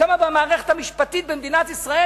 כמה במערכת המשפטית במדינת ישראל,